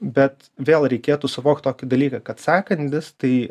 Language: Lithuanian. bet vėl reikėtų suvokt tokį dalyką kad sąkandis tai